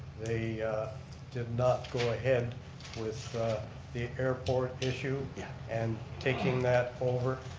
they did not go ahead with the airport issue yeah and taking that over.